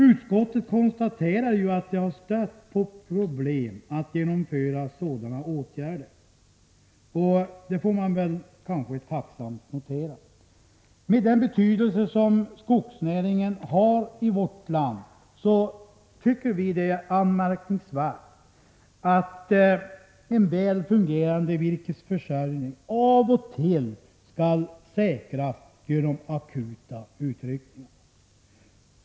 Utskottet konstaterar ju att det har stött på problem att genomföra sådana åtgärder, och det får man kanske tacksamt notera. Med den betydelse som skogsnäringen har i vårt land tycker vi att det är anmärkningsvärt att en väl fungerande virkesförsörjning av och till skall säkras genom akuta utryckningar.